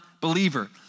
believer